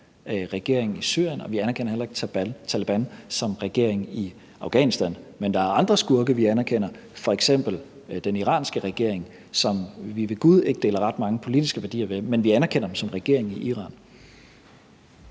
regering i Syrien, og vi anerkender heller ikke Taleban som regering i Afghanistan. Men der er andre skurke, vi anerkender, f.eks. den iranske regering, som vi ved gud ikke deler ret mange politiske værdier med, men vi anerkender den som regering i Iran.